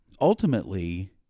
ultimately